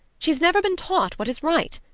she's never been taught what is right.